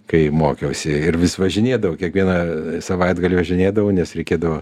kai mokiausi ir vis važinėdavau kiekvieną savaitgalį važinėdavau nes reikėdavo